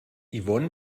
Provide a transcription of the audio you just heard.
yvonne